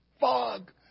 Fog